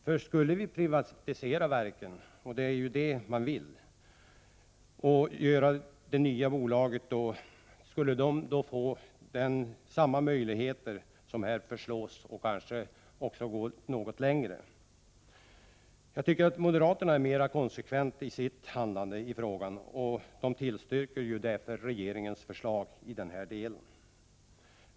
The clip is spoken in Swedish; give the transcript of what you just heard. Om verken privatiserades — det är ju det man vill — skulle då de nya bolagen få samma möjligheter som här föreslås, och som i längden kanske utökas? Moderaterna är mer konsekventa i sitt handlande när det gäller denna fråga. Därför tillstyrker de regeringens förslag i den här delen.